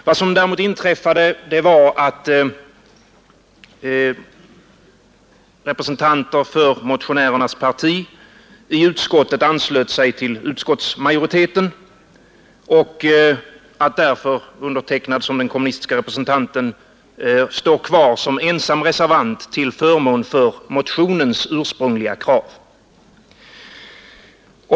Vad som därefter inträffade var att representanter för motionärernas parti i utskottet anslöt sig till utskottsmajoriteten och att jag därför som den kommunistiska representanten står kvar som ensam reservant till förmån för motionens ursprungliga krav.